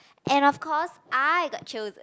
and of course I got chosen